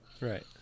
Right